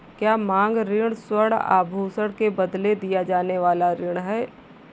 क्या मांग ऋण स्वर्ण आभूषण के बदले दिया जाने वाला ऋण है?